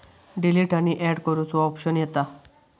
delete आणि and करुचो option येता